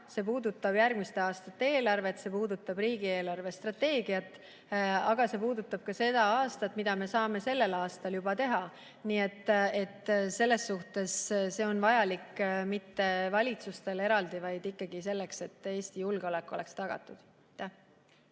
see puudutab järgmiste aastate eelarvet, see puudutab riigi eelarvestrateegiat. Aga see puudutab ka seda aastat, seda, mida me saame juba sellel aastal teha. Selles suhtes ei ole see vajalik mitte valitsustele eraldi, vaid ikkagi selleks, et Eesti julgeolek oleks tagatud.